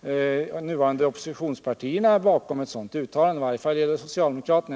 de nuvarande oppositionspartierna står bakom ett sådant uttalande, i varje fall socialdemokraterna.